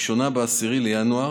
הראשונה ב-10 בינואר.